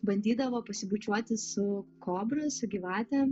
bandydavo pasibučiuoti su kobros gyvate